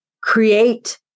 create